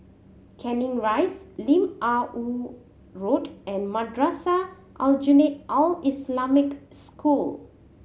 Canning Rise Lim Ah Woo Road and Madrasah Aljunied Al Islamic School